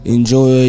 Enjoy